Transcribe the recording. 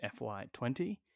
FY20